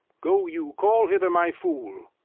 go you, call hither my fool.